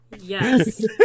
Yes